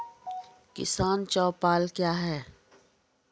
किसान चौपाल क्या हैं?